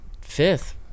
fifth